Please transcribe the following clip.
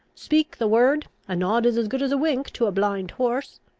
speak the word a nod is as good as a wink to a blind horse.